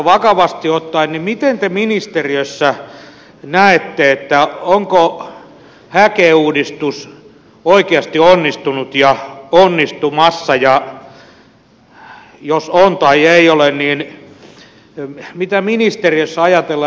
vakavasti ottaen miten te ministeriössä näette onko häke uudistus oikeasti onnistunut ja onnistumassa ja jos on tai ei ole niin mitä ministeriössä ajatellaan